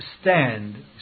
stand